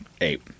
Eight